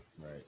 right